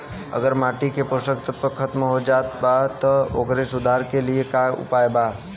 अगर माटी के पोषक तत्व खत्म हो जात बा त ओकरे सुधार के लिए का उपाय बा?